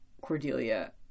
Cordelia